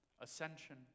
ascension